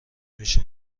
میشی